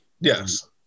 yes